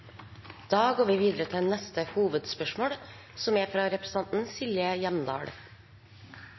Vi går videre til neste hovedspørsmål.